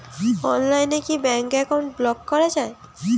অনলাইনে কি bank account block করা য়ায়?